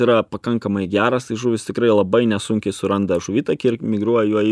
yra pakankamai geras tai žuvys tikrai labai nesunkiai suranda žuvitakį ir migruoja juo į